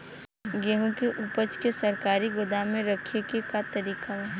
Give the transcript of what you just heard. गेहूँ के ऊपज के सरकारी गोदाम मे रखे के का तरीका बा?